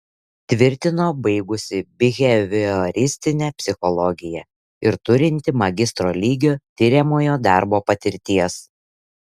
tvirtino baigusi bihevioristinę psichologiją ir turinti magistro lygio tiriamojo darbo patirties